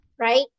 right